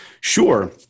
Sure